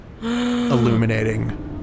illuminating